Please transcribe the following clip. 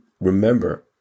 remember